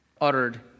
uttered